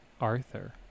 Arthur